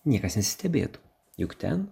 niekas nesistebėtų juk ten